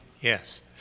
Yes